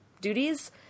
duties